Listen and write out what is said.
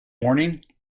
morning